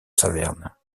saverne